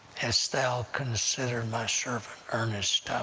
hast thou considered my servant ernest?